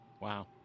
Wow